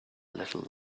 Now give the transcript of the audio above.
little